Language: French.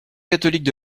catholiques